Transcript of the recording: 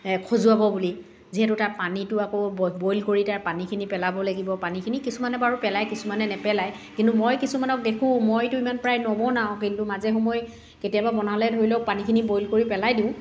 খজুৱাব বুলি যিহেতু তাৰ পানীটো আকৌ ব বইল কৰি তাৰ পানীখিনি পেলাব লাগিব পানীখিনি কিছুমানে বাৰু পেলায় কিছুমানে নেপেলায় কিন্তু মই কিছুমানক দেখো মইতো ইমান প্ৰায় নবনাও কিন্তু মাজে সময়ে কেতিয়াবা বনালে ধৰি লওক পানীখিনি বইল কৰি পেলাই দিওঁ